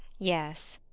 yes.